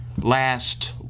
Last